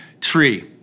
tree